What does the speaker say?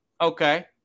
Okay